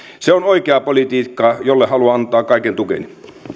se on oikeaa politiikkaa jolle haluan antaa kaiken tukeni